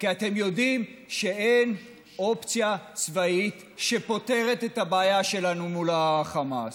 כי אתם יודעים שאין אופציה צבאית שפותרת את הבעיה שלנו מול החמאס.